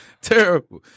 Terrible